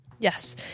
Yes